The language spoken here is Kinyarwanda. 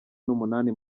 n’umunani